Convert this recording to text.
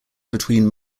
between